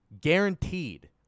guaranteed